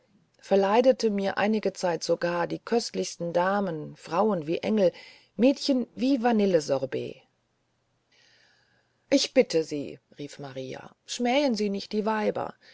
verleidete mir einige zeit sogar die köstlichsten damen frauen wie engel mädchen wie vanillensorbett ich bitte sie rief maria schmähen sie nicht die weiber